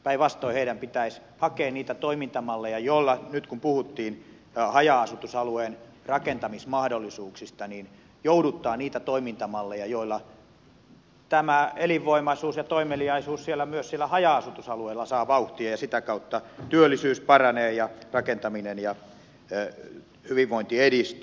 päinvastoin heidän pitäisi hakea niitä toimintamalleja joilla nyt kun puhuttiin haja asutusalueen rakentamismahdollisuuksista joudutetaan niitä toimintamalleja joilla tämä elinvoimaisuus ja toimeliaisuus myös siellä haja asutusalueilla saa vauhtia ja sitä kautta työllisyys paranee ja rakentaminen ja hyvinvointi edistyy